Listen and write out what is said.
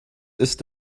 ist